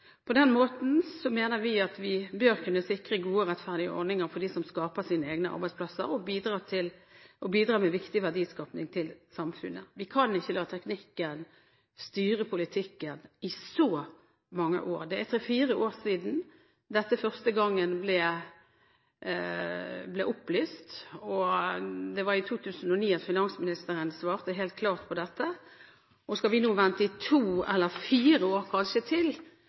På den måten mener vi at vi bør kunne sikre gode og rettferdige ordninger for dem som skaper sine egne arbeidsplasser og bidrar med viktig verdiskaping til samfunnet. Vi kan ikke la teknikken styre politikken i så mange år. Det er tre–fire år siden dette første gangen ble opplyst, og i 2009 svarte finansministeren helt klart på dette. Skal vi kanskje vente i to eller fire år til,